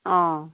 অঁ